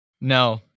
No